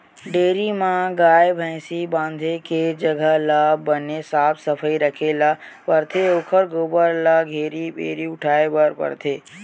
dairy म गाय, भइसी बंधाए के जघा ल बने साफ सफई राखे ल परथे ओखर गोबर ल घेरी भेरी उठाए बर परथे